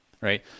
right